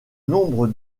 nombre